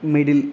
middle